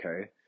okay